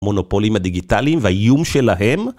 מונופולים הדיגיטליים והאיום שלהם